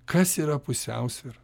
kas yra pusiausvyra